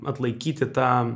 atlaikyti tą